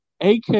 AK